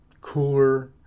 cooler